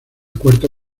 cuarta